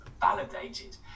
validated